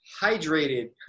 hydrated